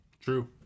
True